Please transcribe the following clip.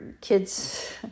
kids